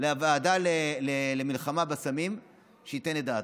לוועדה למלחמה בסמים שייתן את דעתו.